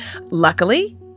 Luckily